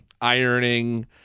ironing